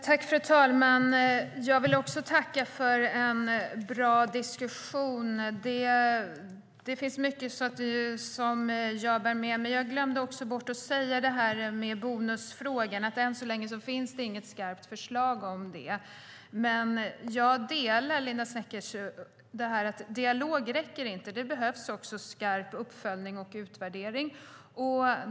Fru talman! Jag vill också tacka för en bra diskussion. Det finns mycket som jag bär med mig. Jag glömde bort att nämna bonusfrågorna. Än så länge finns inte något skarpt förslag. Jag delar Linda Sneckers uppfattning att dialog inte räcker, utan det behövs skarp uppföljning och utvärdering.